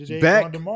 back